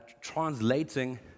translating